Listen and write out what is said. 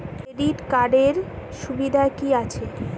Credit কার্ডের সুবিধা কি আছে?